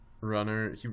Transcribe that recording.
runner